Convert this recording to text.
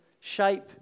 shape